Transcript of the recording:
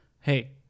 Hey